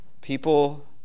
People